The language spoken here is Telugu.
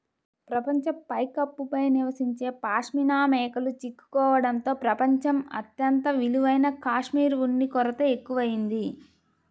ప్రపంచ పైకప్పు పై నివసించే పాష్మినా మేకలు చిక్కుకోవడంతో ప్రపంచం అత్యంత విలువైన కష్మెరె ఉన్ని కొరత ఎక్కువయింది